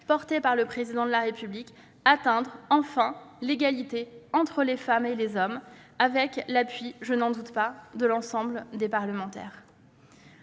engagé par le Président de la République : atteindre enfin l'égalité entre les femmes et les hommes, avec l'appui, je n'en doute pas, de l'ensemble des parlementaires.